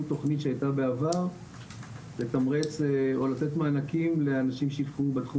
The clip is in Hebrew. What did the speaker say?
תוכנית שהייתה בעבר לתת מענקים לאנשים שיבחרו בתחום